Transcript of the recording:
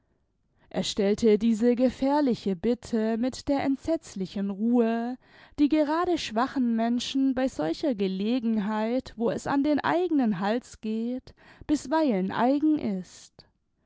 er stellte diese gefährliche bitte mit der entsetzlichen ruhe die gerade schwachen menschen bei solcher gelegenheit wo es an den eigenen hals geht bisweilen eigen ist